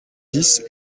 dix